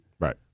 Right